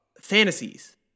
fantasies